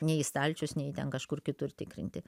nei į stalčius nei į ten kažkur kitur tikrinti